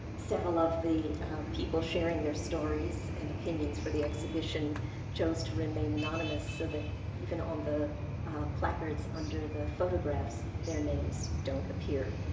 several of the people sharing their stories and opinions for the exhibition chose to remain anonymous, so ah that even on the placards under the photographs, their names don't appear.